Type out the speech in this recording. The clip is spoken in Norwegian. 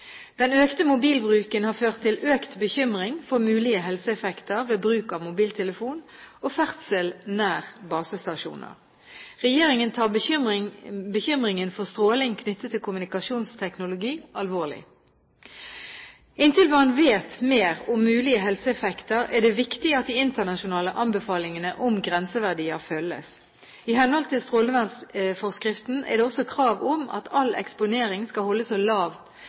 Den økte mobilbruken har ført til økt bekymring for mulige helseeffekter ved bruk av mobiltelefon og ferdsel nær basestasjoner. Regjeringen tar bekymringen for stråling knyttet til kommunikasjonsteknologi alvorlig. Inntil man vet mer om mulige helseeffekter, er det viktig at de internasjonale anbefalingene om grenseverdier følges. I henhold til strålevernforskriften er det også krav om at all eksponering skal holdes så